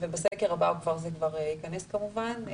ובסקר הבא זה כבר ייכנס כמובן.